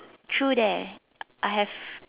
true there I have